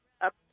up